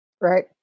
Right